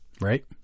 Right